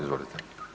Izvolite.